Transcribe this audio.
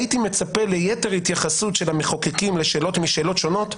הייתי מצפה ליתר התייחסות של המחוקקים לשאלות משאלות שונות,